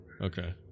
Okay